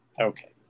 Okay